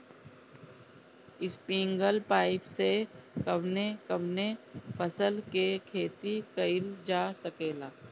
Sprinkler pipe से कवने कवने फसल क खेती कइल जा सकेला?